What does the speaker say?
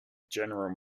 general